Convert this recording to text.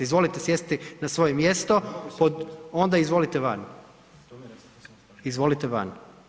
Izvolite sjesti na svoje mjesto pod … [[Upadica iz klupe se ne razumije]] Onda izvolite van, izvolite van.